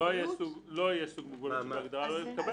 לא יהיה סוג מוגבלות שבהגדרה לא יקבל.